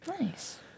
Nice